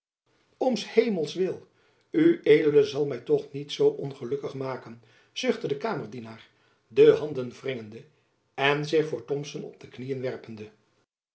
s hemels wil ued zal my toch niet zoo ongelukkig maken zuchtte de kamerdienaar de handen wringende en zich voor thomson op de knieën werpende